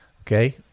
Okay